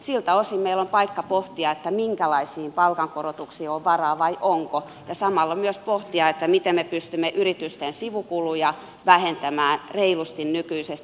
siltä osin meillä on paikka pohtia minkälaisiin palkankorotuksiin on varaa vai onko varaa ja samalla myös pohtia miten me pystymme yritysten sivukuluja vähentämään reilusti nykyisestä